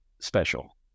special